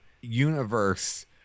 universe